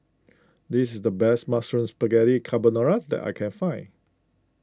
this is the best Mushroom Spaghetti Carbonara that I can find